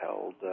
held